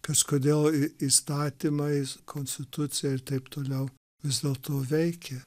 kažkodėl įstatymai konstitucija ir taip toliau vis dėlto veikia